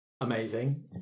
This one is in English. amazing